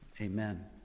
Amen